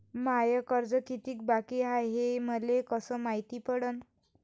माय कर्ज कितीक बाकी हाय, हे मले कस मायती पडन?